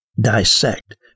dissect